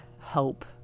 hope